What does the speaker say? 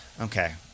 Okay